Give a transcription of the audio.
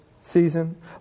season